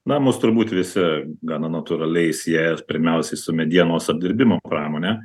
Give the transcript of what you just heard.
na mus turbūt visi gana natūraliai sieja pirmiausiai su medienos apdirbimo pramone